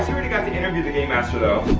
you already got to interview the game master though.